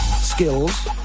skills